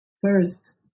first